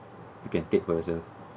you can take for yourself